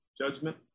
judgment